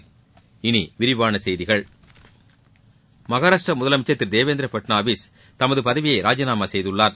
இனி விரிவான செய்திகள் மகாராஷ்டிர முதலமைச்சர் திரு தேவேந்திர பட்ளவிஸ் தமது பதவியை ராஜினாமா செய்துள்ளார்